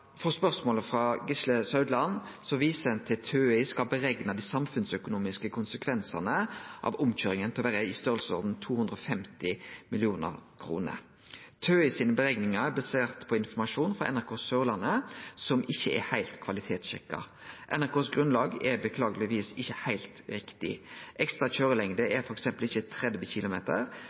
for spørsmålet frå Gisle Meininger Saudland viser ein til TØI, som har rekna dei samfunnsøkonomiske konsekvensane av omkøyringa til å vere i storleiken 250 mill. kr. TØIs utrekning er basert på informasjon frå NRK Sørlandet som ikkje er heilt kvalitetssjekka. NRKs grunnlag er dessverre ikkje heilt riktig. Ekstra køyrelengde er f.eks. ikkje 30 km,